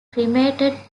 cremated